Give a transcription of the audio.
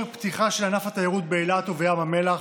פתיחה של ענף התיירות באילת ובים המלח,